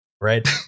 Right